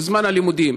בזמן הלימודים,